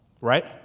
right